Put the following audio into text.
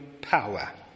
power